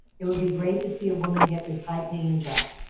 it would be great to see a woman get this high paying job.